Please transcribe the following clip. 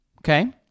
Okay